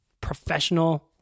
professional